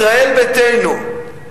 ישראל ביתנו,